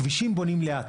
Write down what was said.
כבישים בונים לאט.